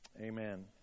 Amen